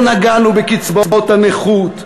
לא נגענו בקצבאות הנכות.